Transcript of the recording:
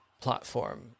platform